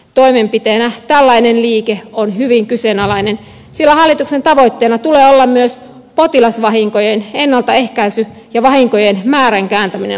toimenpiteenä tällainen liike on hyvin kyseenalainen sillä hallituksen tavoitteena tulee olla myös potilasvahinkojen ennaltaehkäisy ja vahinkojen määrän kääntäminen laskuun